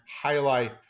highlight